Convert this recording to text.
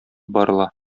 барыла